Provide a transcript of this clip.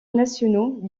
nationaux